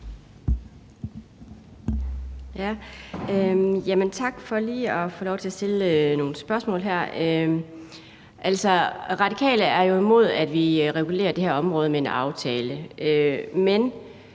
Tak for lige at få lov til at stille nogle spørgsmål her. Radikale er jo imod, at vi regulerer det her område med en aftale,